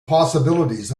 possibilities